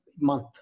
month